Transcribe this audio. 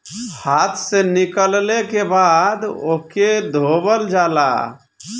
हाथे से निकलले के बाद ओके धोवल जाला